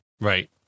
Right